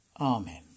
Amen